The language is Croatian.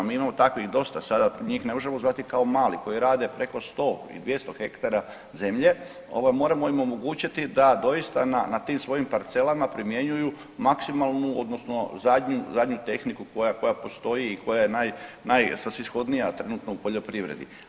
Mi imamo takvih dosta sada, njih ne možemo zvati kao mali koji rade preko 100 i 200 hektara zemlje, ovaj moramo im omogućiti da doista na, na tim svojim parcelama primjenjuju maksimalnu odnosno zadnju, zadnju tehniku koja, koja postoji i koja je naj, najsvrsishodnija trenutno u poljoprivredi.